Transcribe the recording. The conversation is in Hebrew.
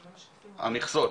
המכסות.